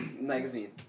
magazine